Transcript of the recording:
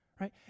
right